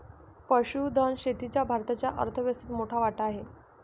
पशुधन शेतीचा भारताच्या अर्थव्यवस्थेत मोठा वाटा आहे